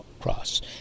cross